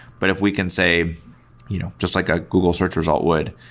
but if we can say you know just like a google search result would,